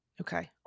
Okay